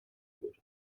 wurde